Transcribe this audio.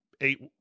eight